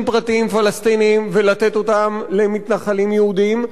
פרטיים פלסטיניים ולתת אותם למתנחלים יהודים,